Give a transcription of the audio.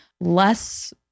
less